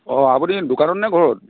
অ' আপুনি দোকানত নে ঘৰত